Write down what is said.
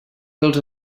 dels